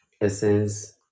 essence